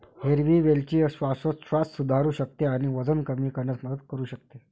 हिरवी वेलची श्वासोच्छवास सुधारू शकते आणि वजन कमी करण्यास मदत करू शकते